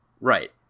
Right